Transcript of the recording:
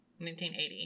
1980